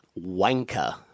wanker